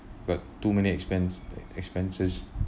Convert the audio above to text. but too many expense expenses